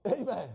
Amen